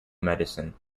medicine